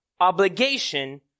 obligation